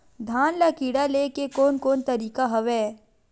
धान ल कीड़ा ले के कोन कोन तरीका हवय?